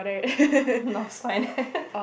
north spine